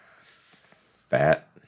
Fat